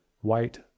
white